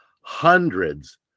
hundreds